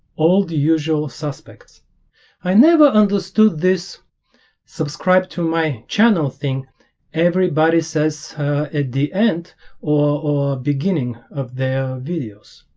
all the usual suspects i never understood this subscribe to my channel thing everybody says at the end or beginning of their videos